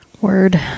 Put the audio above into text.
word